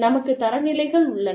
நமக்குத் தரநிலைகள் உள்ளன